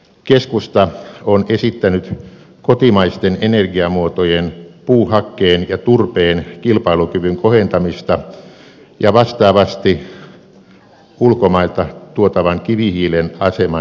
keskusta on esittänyt kotimaisten energiamuotojen puuhakkeen ja turpeen kilpailukyvyn kohentamista ja vastaavasti ulkomailta tuotavan kivihiilen aseman heikentämistä